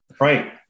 right